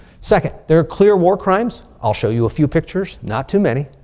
second, there are clear war crimes. i'll show you a few pictures, not too many,